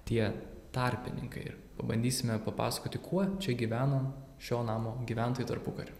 tie tarpininkai ir pabandysime papasakoti kuo čia gyveno šio namo gyventojai tarpukariu